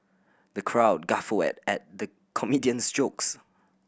the crowd guffawed at the comedian's jokes